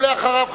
אחריו,